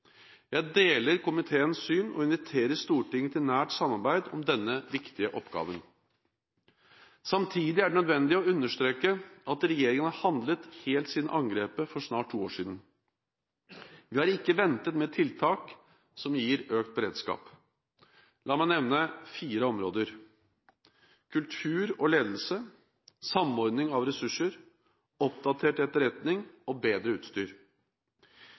Jeg deler komiteens syn og inviterer Stortinget til nært samarbeid om denne viktige oppgaven. Samtidig er det nødvendig å understreke at regjeringen har handlet helt siden angrepet for snart to år siden. Vi har ikke ventet med tiltak som gir økt beredskap. La meg nevne fire områder: kultur og ledelse, samordning av ressursene, oppdatert etterretning og bedre utstyr.